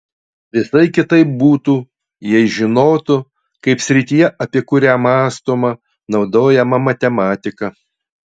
visai kitaip būtų jei žinotų kaip srityje apie kurią mąstoma naudojama matematika